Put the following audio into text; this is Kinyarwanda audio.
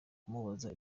kumubaza